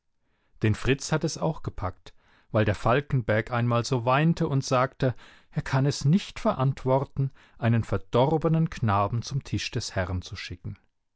den fritz hat es auch gepackt weil der falkenberg einmal so weinte und sagte er kann es nicht verantworten einen verdorbenen knaben zum tisch des herrn zu schicken